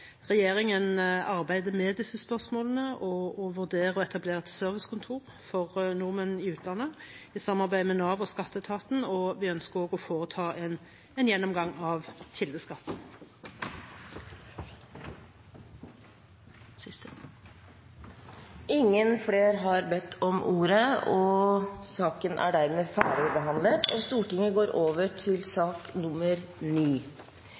regjeringen arbeider med disse spørsmålene og vurderer å etablere et servicekontor for nordmenn i utlandet i samarbeid med Nav og Skatteetaten. Vi ønsker òg å foreta en gjennomgang av kildeskatten. Flere har ikke bedt om ordet til sak nr. 8. Etter ønske fra finanskomiteen vil presidenten foreslå at taletiden blir begrenset til